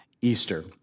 Easter